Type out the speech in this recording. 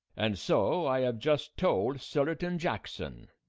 and so i have just told sillerton jackson.